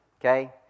okay